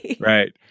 Right